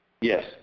Yes